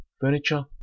furniture